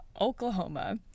Oklahoma